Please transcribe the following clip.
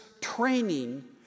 training